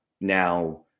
now